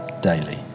daily